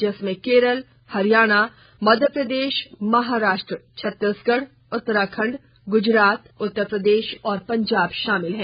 इसमें केरल हरियाणा मध्य प्रदेश महाराष्ट्र छत्तीसगढ़ उत्तराखंड गुजरात उत्तर प्रदेश और पंजाब शामिल हैं